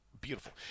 beautiful